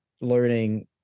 learning